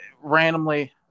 randomly